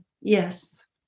Yes